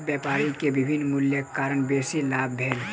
व्यापारी के विभिन्न मूल्यक कारणेँ बेसी लाभ भेल